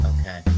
Okay